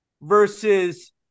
versus